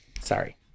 Sorry